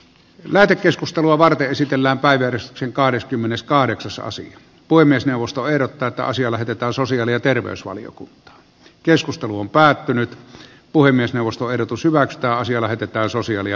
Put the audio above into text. lähetekeskustelua varten esitellään parker sen kahdeskymmeneskahdeksas easy puhemiesneuvosto ehdottaa että asia lähetetään sosiaali ja terveysvaliokunta keskustelu on päättynyt puhemiesneuvosto erotu syvä ekstaasia lähetetään sosiaali ja